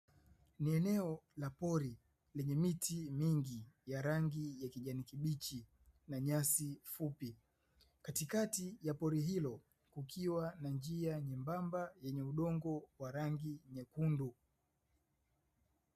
Ni eneo la pori, lenye miti mingi ya rangi ya kijani kibichi na nyasi fupi, katikati ya pori hilo kukiwa na njia nyembamba yenye udongo wa rangi nyekundu.